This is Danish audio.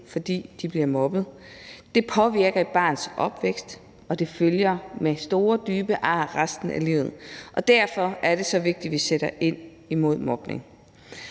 hvis de bliver mobbet. Det påvirker et barns opvækst, og der følger store, dybe ar med resten af livet, og derfor er det så vigtigt, at vi sætter ind imod mobning.